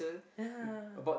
ya